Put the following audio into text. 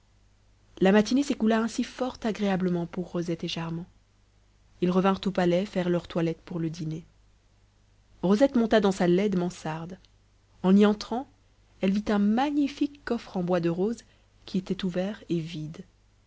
la matinée s'écoula ainsi fort agréablement pour rosette et charmant ils revinrent au palais faire leur toilette pour le dîner rosette monta dans sa laide mansarde en y entrant elle vit un magnifique coffre en bois de rose qui était ouvert et vide